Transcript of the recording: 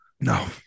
No